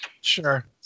Sure